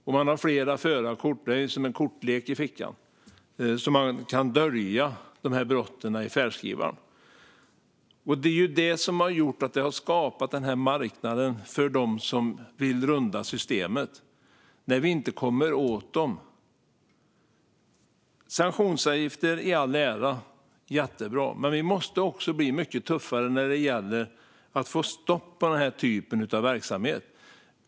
De har flera förarkort - det är som en kortlek i fickan - så att de kan dölja brotten i färdskrivaren. Det är det som har skapat den här marknaden för dem som vill runda systemet - att vi inte kommer åt dem. Sanktionsavgifter i all ära, jättebra, men vi måste också bli mycket tuffare när det gäller att få stopp på den här typen av verksamhet.